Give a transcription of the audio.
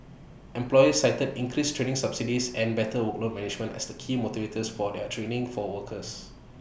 employers cited increased training subsidies and better workload management as the key motivators for their training for workers